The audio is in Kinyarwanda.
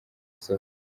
isoko